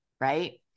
right